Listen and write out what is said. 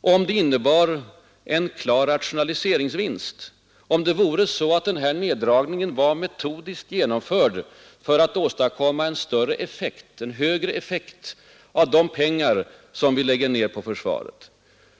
om det innebär en klar rationaliseringsvinst och om det är så, att neddragningen är metodiskt genomförd för att åstadkomma en högre effekt av de pengar som vi lägger ner på försvaret.